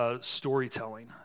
Storytelling